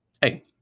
hey